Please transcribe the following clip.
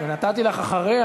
אבל נתתי לך אחרי,